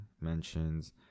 mentions